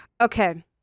Okay